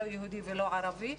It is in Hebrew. לא יהודי ולא ערבי,